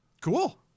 cool